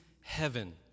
heaven